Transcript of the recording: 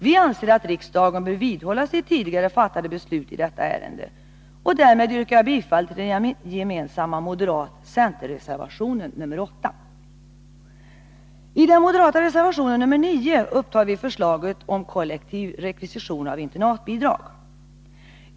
Vi anser att riksdagen bör vidhålla sitt tidigare fattade beslut i detta ärende. Därmed yrkar jag bifall till den gemensamma moderat-center-reservationen 8. I den moderata reservationen 9 upptar vi förslaget om kollektiv rekvisition av internatbidrag.